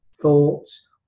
thoughts